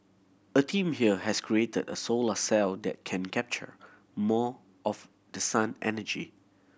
a team here has created a solar cell that can capture more of the sun energy